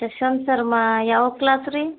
ಶಶಾಂಕ್ ಸರ್ಮಾ ಯಾವ ಕ್ಲಾಸ್ ರೀ